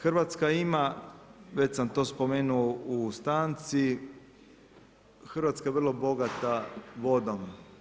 Hrvatska ima, već sam to spomenuo u stanci, Hrvatska je vrlo bogata vodom.